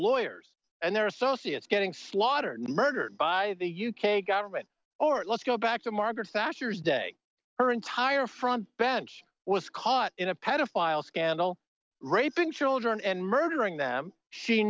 lawyers and their associates getting slaughtered murdered by the u k government or let's go back to margaret thatcher's day her entire front bench was caught in a pedophile scandal raping children and murdering them she